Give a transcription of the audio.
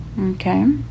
Okay